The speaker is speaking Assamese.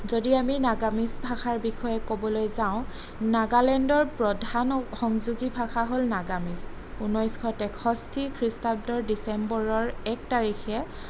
যদি আমি নাগামিজ ভাষাৰ বিষয়ে ক'বলৈ যাওঁ নাগালেণ্ডৰ প্ৰধান সংযোগী ভাষা হ'ল নাগামিজ ঊনৈছশ তেষষ্টি খ্ৰীষ্টাব্দৰ ডিচেম্বৰৰ এক তাৰিখে